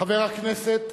חבר הכנסת,